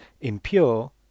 impure